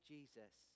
Jesus